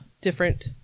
different